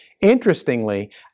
Interestingly